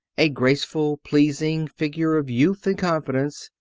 a graceful, pleasing figure of youth and confidence,